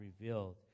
revealed